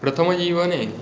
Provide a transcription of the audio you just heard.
प्रथमजीवने